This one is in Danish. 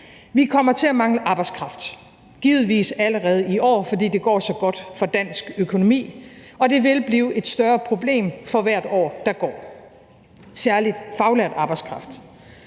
Vi kommer til at mangle arbejdskraft, givetvis allerede i år, fordi det går så godt for dansk økonomi, og det vil blive et større problem for hvert år, der går – særlig faglært arbejdskraft.